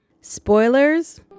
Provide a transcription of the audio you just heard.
Spoilers